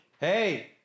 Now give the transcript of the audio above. Hey